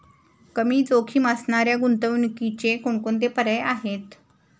कमी जोखीम असणाऱ्या गुंतवणुकीचे कोणकोणते पर्याय आहे?